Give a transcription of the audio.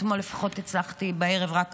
רק אתמול בערב הצלחתי לפחות